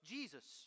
Jesus